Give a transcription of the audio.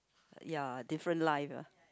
ya different life ya